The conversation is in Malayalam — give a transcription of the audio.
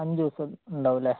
അഞ്ചു ദിവസം ഉണ്ടാവും അല്ലെ